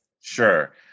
Sure